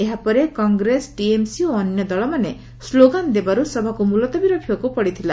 ଏହା ପରେ କଂଗ୍ରେସ ଟିଏମ୍ସି ଓ ଅନ୍ୟ ଦଳମାନେ ସ୍କୋଗାନ୍ ଦେବାରୁ ସଭାକୁ ମୁଲତବୀ ରଖିବାକୁ ପଡ଼ିଥିଲା